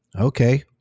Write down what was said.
Okay